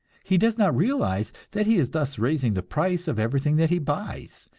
he does not realize that he is thus raising the price of everything that he buys,